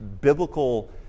biblical